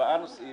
ארבעה נושאים